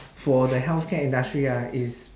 for the healthcare industry ah is